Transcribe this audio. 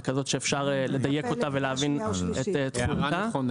וכזאת שאפשר לדייק אותה ולהבין את --- זאת הערה נכונה,